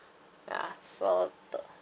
ya so the